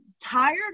tired